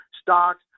Stocks